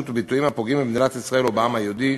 וביטויים הפוגעים במדינת ישראל או בעם היהודי,